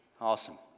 Awesome